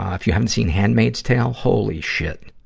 if you haven't seen handmaid's tale, holy shit!